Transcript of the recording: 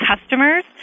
customers